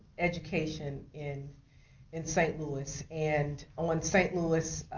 education in in st. louis and on st. louis